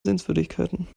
sehenswürdigkeiten